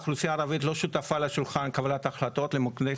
האוכלוסייה הערבית לא שותפה לשולחן קבלת ההחלטות,